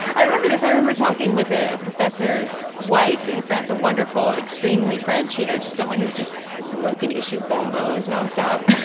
i remember this i remember talking with a professors wife in france a wonderful extremely french you know just someone who was just smoke an issue almost nonstop